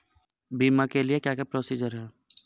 बीमा के लिए क्या क्या प्रोसीजर है?